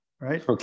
right